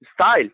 style